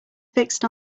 fixed